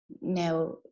now